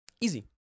Easy